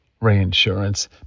Reinsurance